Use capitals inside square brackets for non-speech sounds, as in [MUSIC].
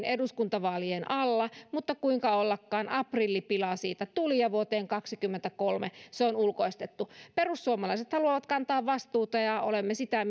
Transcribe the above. [UNINTELLIGIBLE] eduskuntavaalien alla mutta kuinka ollakaan aprillipila siitä tuli ja vuoteen kaksikymmentäkolme se on ulkoistettu perussuomalaiset haluavat kantaa vastuuta ja olemme sitä [UNINTELLIGIBLE]